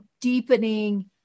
deepening